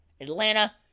Atlanta